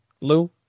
Lou